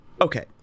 okay